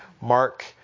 Mark